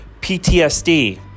PTSD